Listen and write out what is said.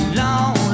long